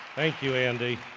thank you, andy.